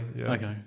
Okay